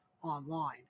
Online